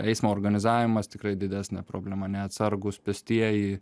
eismo organizavimas tikrai didesnė problema neatsargūs pėstieji